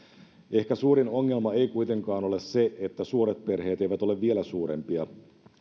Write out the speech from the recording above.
ehkä suurin ongelma ei kuitenkaan ole se että suuret perheet eivät ole vielä suurempia